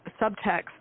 subtext